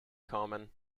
common